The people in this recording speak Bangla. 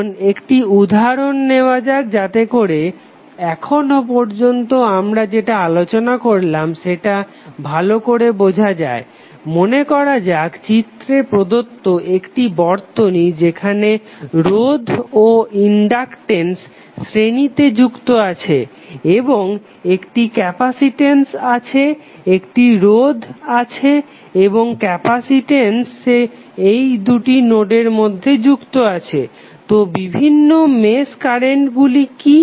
এখন একটি উদাহরণ নেওয়া যাক যাতে করে এখনও পর্যন্ত আমরা যেটা আলোচনা করলাম সেটা ভালো করে বোঝা যায় মনেকরা যাক চিত্রে প্রদত্ত একটি বর্তনী যেখানে রোধ ও ইনডাকটেন্স শ্রেণীতে যুক্ত আছে এবং একটি ক্যাপাসিটেন্স আছে একটি রোধ আছে এবং একটি ক্যাপাসিটেন্স এই দুটি নোডের মধ্যে আছে তো বিভিন্ন মেশ কারেন্টগুলি কি